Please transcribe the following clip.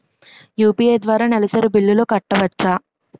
UPI ద్వారా నెలసరి బిల్లులు కట్టవచ్చా?